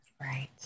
Right